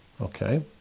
Okay